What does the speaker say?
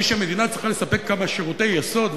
היא שהמדינה צריכה לספק כמה שירותי יסוד,